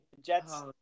Jets